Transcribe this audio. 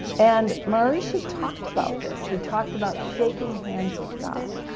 and maharishi talked about this, he talked about shaking hands with god,